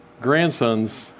grandson's